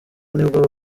nibwo